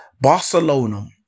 Barcelona